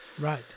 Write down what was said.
Right